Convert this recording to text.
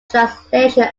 translation